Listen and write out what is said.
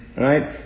right